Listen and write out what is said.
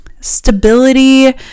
stability